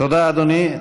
תודה, אדוני.